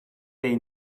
they